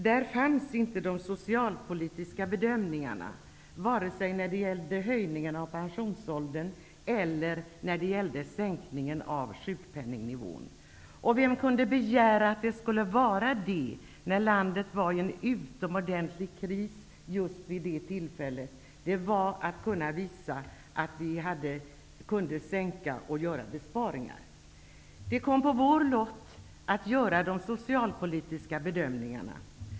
Här fanns inte de socialpolitiska bedömningarna, varken när det gällde en höjning av pensionsåldern eller en sänkning av sjukpenningnivån. Vem kunde begära att det skulle finnas sådana bedömningar när landet befann sig i en svår kris just vid det tillfället. Då gällde det att visa att vi kunde sänka och göra besparingar. Det kom på vår lott att göra de socialpolitiska bedömningarna.